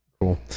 cool